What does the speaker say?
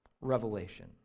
revelation